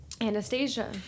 anastasia